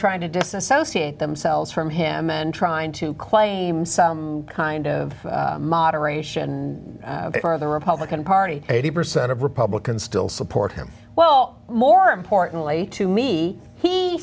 trying to disassociate themselves from him and trying to claim some kind of moderation for the republican party eighty percent of republicans still support him well more importantly to me he